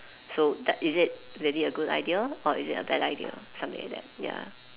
so that is it really a good idea or is it a bad idea something like that